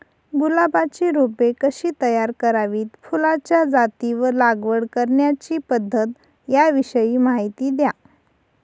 गुलाबाची रोपे कशी तयार करावी? फुलाच्या जाती व लागवड करण्याची पद्धत याविषयी माहिती द्या